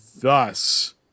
Thus